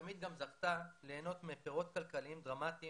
ותמיד גם זכתה ליהנות מפירות כלכליים דרמטיים